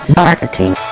marketing